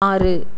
ஆறு